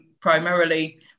primarily